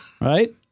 right